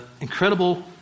incredible